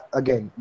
again